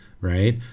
right